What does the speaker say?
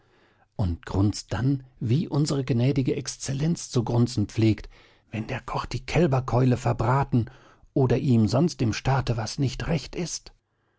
und grunzt dann wie unsere gnädige exzellenz zu grunzen pflegt wenn der koch die kälberkeule verbraten oder ihm sonst im staate was nicht recht ist